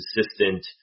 consistent